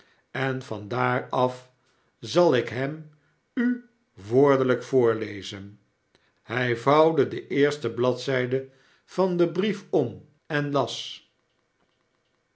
en van daar af zal ik hem u woordelijk voorlezen hij vouwde de eerste bladzijde van den brief om en las